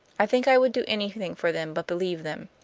i think i would do anything for them but believe them.